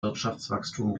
wirtschaftswachstum